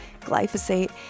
glyphosate